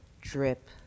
drip